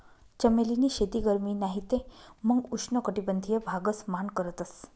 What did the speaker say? चमेली नी शेती गरमी नाही ते मंग उष्ण कटबंधिय भागस मान करतस